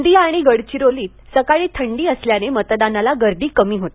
गोंदिया आणि गडचिरोलीत सकाळी थंडी असल्याने मतदानाला गर्दी कमी होती